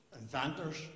inventors